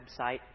website